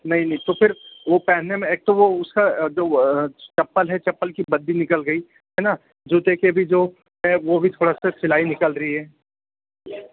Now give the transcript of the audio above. नहीं नहीं तो फिर वो पहनने में एक तो वह उसका जो चप्पल है चप्पल की बड्डी निकल गई हैना जूते के भी जो है वो भी थोड़ा सा सिलाई निकल रही है